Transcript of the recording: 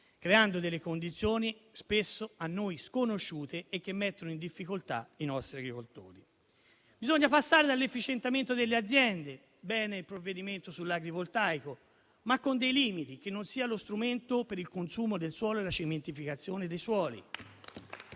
creando condizioni spesso a noi sconosciute e che mettono in difficoltà i nostri agricoltori. Bisogna passare dall'efficientamento delle aziende (è positivo il provvedimento sull'agrivoltaico), ma con dei limiti, perché non sia lo strumento per il consumo del suolo e la cementificazione dei suoli